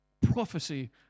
Prophecy